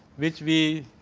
which we